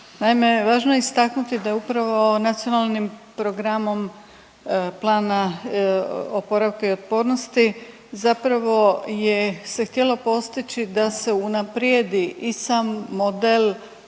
naime važno je istaknuti da je upravo Nacionalnim programom plana oporavka i otpornosti zapravo je se htjelo postići da se unaprijedi i sam model